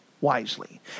wisely